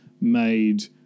made